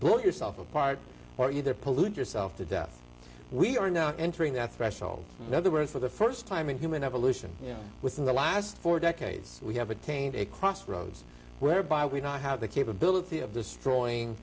blow yourself apart or either pollute yourself to death we are now entering that threshold another word for the st time in human evolution within the last four decades we have a taint a crossroads whereby we don't have the capability of destroying